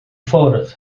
ffwrdd